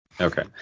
Okay